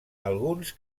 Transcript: alguns